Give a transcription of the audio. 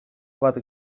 bat